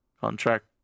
contract